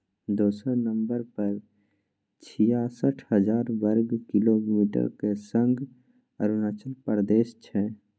दोसर नंबर पर छियासठ हजार बर्ग किलोमीटरक संग अरुणाचल प्रदेश छै